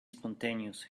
spontaneous